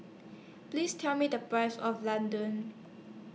Please Tell Me The Price of Laddu